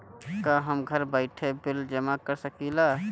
का हम घर बइठे बिल जमा कर शकिला?